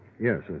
Yes